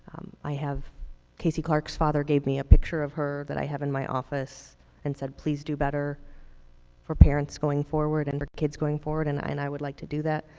i have casey clark's father gave me a picture of her that i have in my office and said, please do better for parents going forward and for kids going forward and i and i would like to do that.